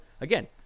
Again